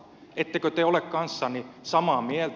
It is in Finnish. ettekö te ole kanssani samaa mieltä